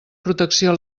protecció